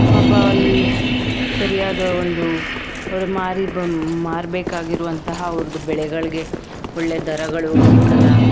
ಪಾಪ ಅಲ್ಲಿ ಸರಿಯಾದ ಒಂದು ಅವರು ಮಾರಿ ಬಂ ಮಾರಬೇಕಾಗಿರುವಂತಹ ಅವ್ರ್ದು ಬೆಳೆಗಳಿಗೆ ಒಳ್ಳೆಯ ದರಗಳು ಸಿಕ್ಕಲ್ಲ